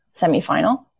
semifinal